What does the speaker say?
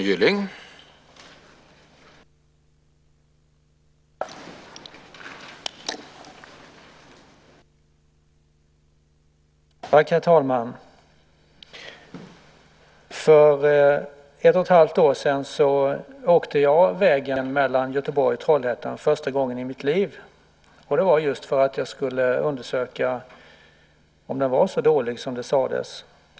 Herr talman! För ett och ett halvt år sedan åkte jag vägen mellan Göteborg och Trollhättan för första gången i mitt liv. Det var just för att jag skulle undersöka om den var så dålig som det sades.